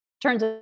turns